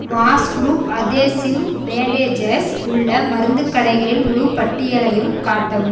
washproof adhesive bandages உள்ள மருந்துக் கடைகளின் முழுப்பட்டியலையும் காட்டவும்